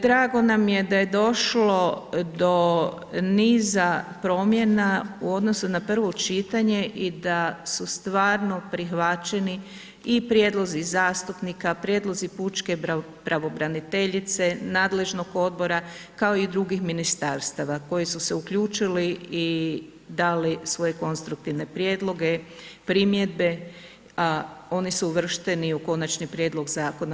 Drago nam je da je došlo do niza promjena u odnosu na prvo čitanje i da su stvarno prihvaćeni i prijedlozi zastupnika, prijedlozi pučke pravobraniteljice, nadležnog odbora kao i drugih ministarstava koji su se uključili i dali svoje konstruktivne prijedloge, primjedbe a oni su uvršteni u Konačni prijedloga Zakona.